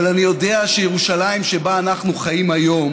אבל אני יודע שירושלים שבה אנחנו חיים היום